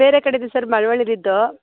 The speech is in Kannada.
ಬೇರೆ ಕಡೆ ಇದ್ವಿ ಸರ್ ಮಳವಳ್ಳಿಲಿದ್ದೋ